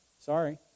Sorry